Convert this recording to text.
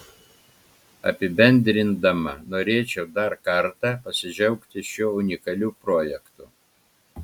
apibendrindama norėčiau dar kartą pasidžiaugti šiuo unikaliu projektu